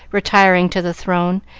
retiring to the throne,